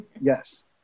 Yes